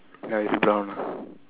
ya is brown ah